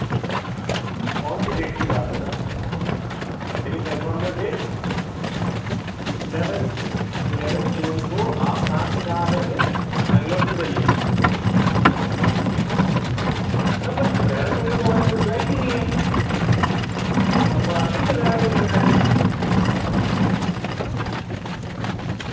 کون سی ڈیٹ کی بات ہے ma'am can you confirm your date eleventh June eleventh June کو آپ کہاں سے کہاں آ رہے تھے بنگلور سے دہلی میم بٹ دہرادن میں تو ہماری کوئی فلائٹ ہی نہیں ہے ہم مڑاتی نہیں دہرادون سے دہلی